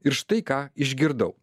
ir štai ką išgirdau